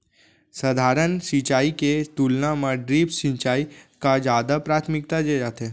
सधारन सिंचाई के तुलना मा ड्रिप सिंचाई का जादा प्राथमिकता दे जाथे